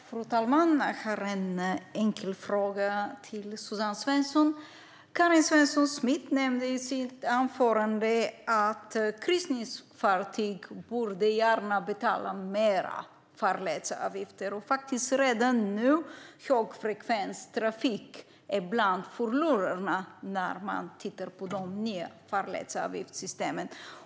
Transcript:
Fru talman! Jag har en enkel fråga till Suzanne Svensson. Karin Svensson Smith nämnde i sitt anförande att kryssningsfartyg gärna borde betala mer i farledsavgifter. Redan nu är högfrekvenstrafik ibland förlorarna i de nya farledsavgiftssystemen.